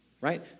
Right